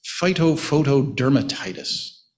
Phytophotodermatitis